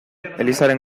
elizaren